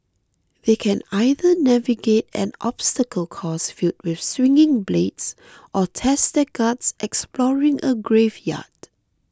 they can either navigate an obstacle course filled with swinging blades or test their guts exploring a graveyard